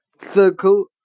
circle